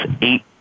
eight